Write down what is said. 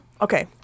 okay